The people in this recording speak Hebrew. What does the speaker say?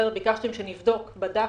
ביקשתם שנבדוק, בדקנו,